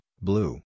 blue